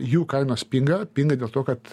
jų kainos pinga pinga dėl to kad